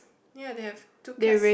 ya they have two cats